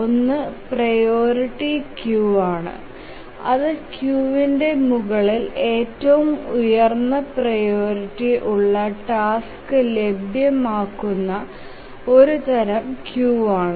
ഒന്ന് priority queue ആണ് അത് ക്യൂവിന്റെ മുകളിൽ ഏറ്റവും ഉയർന്ന പ്രിയോറിറ്റി ഉള്ള ടാസ്ക് ലഭ്യമാകുന്ന ഒരു തരം ക്യൂ ആണ്